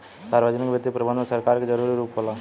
सार्वजनिक वित्तीय प्रबंधन में सरकार के जरूरी रूप होला